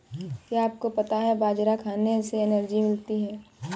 क्या आपको पता है बाजरा खाने से एनर्जी मिलती है?